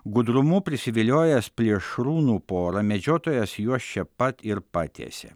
gudrumu prisiviliojęs plėšrūnų porą medžiotojas juos čia pat ir patiesė